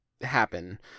happen